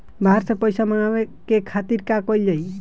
बाहर से पइसा मंगावे के खातिर का कइल जाइ?